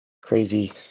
crazy